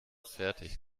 fertig